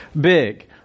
big